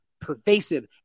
pervasive